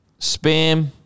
spam